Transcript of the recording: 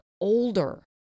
older